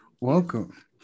welcome